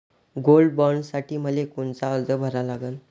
Gold बॉण्डसाठी मले कोनचा अर्ज भरा लागन?